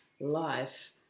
life